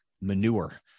manure